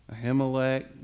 Ahimelech